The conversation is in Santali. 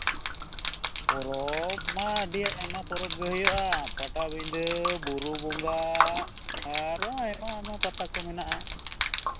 ᱯᱚᱨᱚᱵᱽ ᱢᱟ ᱟᱹᱰᱤ ᱟᱭᱢᱟ ᱯᱚᱨᱚᱵᱽ ᱜᱮ ᱦᱩᱭᱩᱜᱼᱟ ᱯᱟᱴᱟᱵᱤᱱᱫᱷᱟᱹ ᱵᱩᱨᱩ ᱵᱚᱸᱜᱟ ᱟᱨᱦᱚᱸ ᱟᱭᱢᱟ ᱟᱭᱢᱟ ᱯᱟᱛᱟ ᱠᱚ ᱢᱮᱱᱟᱜᱼᱟ